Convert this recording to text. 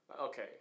Okay